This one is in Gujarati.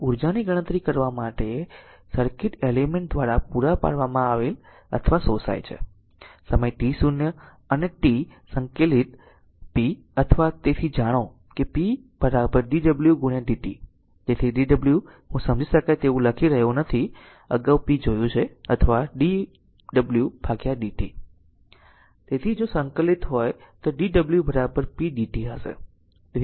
હવે ઉર્જાની ગણતરી કરવા માટે સર્કિટ એલિમેન્ટ દ્વારા પૂરા પાડવામાં અથવા શોષાય છે સમય t 0 અને t સંકલિત p અથવા તેથી જાણો કે p અથવા dw dt તેથી dw હું સમજી શકાય તેવું લખી રહ્યો નથી અગાઉ p જોયું છે અથવા dwdt તેથી જો સંકલિત હોય તો dw pdt હશે